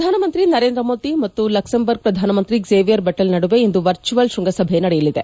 ಪ್ರಧಾನಮಂತಿ ನರೇಂದ್ರ ಮೋದಿ ಮತ್ತು ಲಕ್ಷೆಂಬರ್ಗ್ ಪ್ರಧಾನಮಂತಿ ಝೇವಿಯರ್ ಬೆಟೆಲ್ ನದುವೆ ಇಂದು ವರ್ಚುವಲ್ ಶ್ವಂಗಸಭೆ ನಡೆಯಲಿದೆ